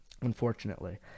unfortunately